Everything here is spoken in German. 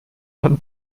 man